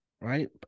right